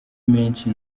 menshi